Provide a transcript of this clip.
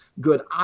good